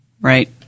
right